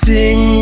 Sing